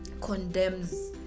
condemns